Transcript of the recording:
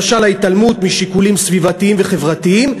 למשל ההתעלמות משיקולים סביבתיים וחברתיים,